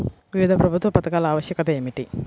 వివిధ ప్రభుత్వ పథకాల ఆవశ్యకత ఏమిటీ?